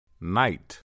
Night